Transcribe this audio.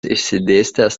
išsidėstęs